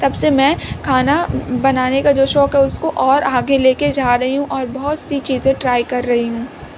تب سے میں کھانا بنانے کا جو شوق ہے اس کو اور آگے لے کے جا رہی ہوں اور بہت سی چیزیں ٹرائی کر رہی ہوں